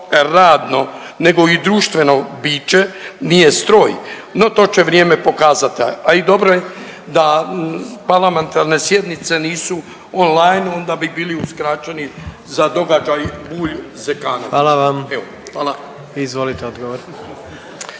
radno nego i društveno biće, nije stroj, no to će vrijeme pokazati, a i dobro je da parlamentarne sjednice nisu online onda bi bili uskraćeni za događaj Bulj-Zekanović, evo hvala.